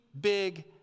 big